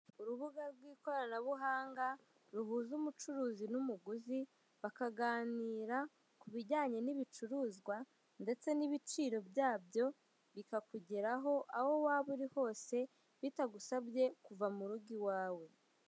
Urubuga rw'ikoranabuhanga ruhuza umucuruzi n'umuguzi bakaganira kubijyanye n'ibicuruzwa ndetse n'ibiciro byabyo bikakugeraho aho waba uri hose, bitagusabye kuva murugo iwawe.